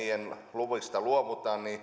luvista luovutaan